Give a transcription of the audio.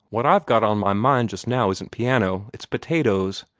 what i've got on my mind just now isn't piano it's potatoes.